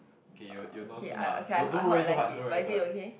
okay you you know soon ah don't worry so hard don't worry so hard